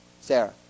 Sarah